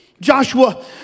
Joshua